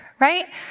right